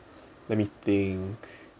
let me think